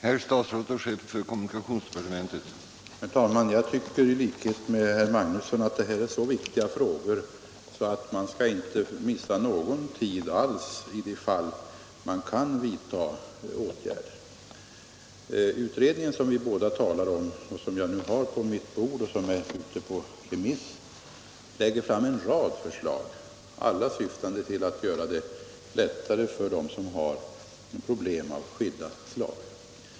Herr talman! Jag tycker i likhet med herr Magnusson i Kristinehamn att detta är en så viktig fråga att man inte skall missa någon tid alls i de fall där man kan vidta åtgärder. Den utredning som vi båda talar om, som jag har fått på mitt bord och som är ute på remiss, lägger fram en rad förslag, alla syftande till att göra det lättare för dem som har problem av skilda slag.